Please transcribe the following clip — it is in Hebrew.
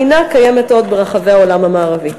אינה קיימת עוד ברחבי העולם המערבי.